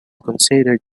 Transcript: considered